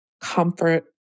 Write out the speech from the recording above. comfort